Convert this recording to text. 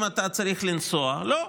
אם אתה צריך לנסוע, לא,